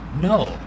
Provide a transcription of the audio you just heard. No